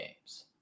games